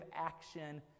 action